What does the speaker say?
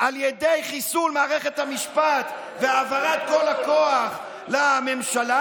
על ידי חיסול מערכת המשפט והעברת כל הכוח לממשלה,